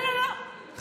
לא, לא, לא.